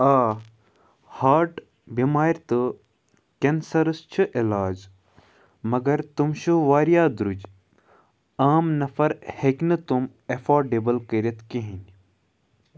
آ ہاٹ بٮ۪مارِ تہٕ کٮ۪نسَرَس چھِ علاج مگر تِم چھِ واریاہ درٛوٚج عام نَفر ہٮ۪کہِ نہٕ تٕم اٮ۪فاڈِبٕل کٔرِتھ کِہیٖنۍ